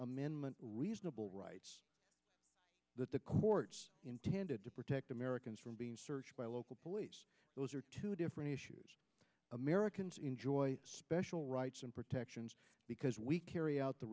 amendment reasonable rights that the courts intended to protect americans from being searched by local police those are two different issues americans enjoy special rights and protections because we carry out the